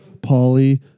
Paulie